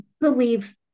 believe